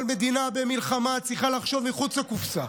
אבל מדינה במלחמה צריכה לחשוב מחוץ לקופסה.